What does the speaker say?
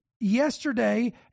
yesterday